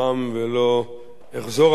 ולא אחזור עליהם.